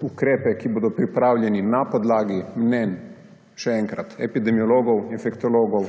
ukrepe ki bodo pripravljeni na podlagi mnenj, še enkrat, epidemiologov, infektologov,